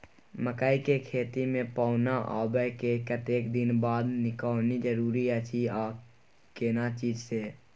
मकई के खेत मे पौना आबय के कतेक दिन बाद निकौनी जरूरी अछि आ केना चीज से?